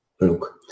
Look